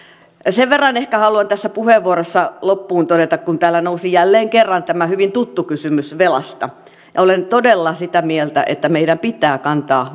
sen verran ehkä haluan tässä puheenvuorossa loppuun todeta kun täällä nousi jälleen kerran tämä hyvin tuttu kysymys velasta että olen todella sitä mieltä että meidän pitää kantaa